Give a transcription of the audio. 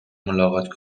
ملاقات